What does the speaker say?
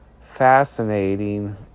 fascinating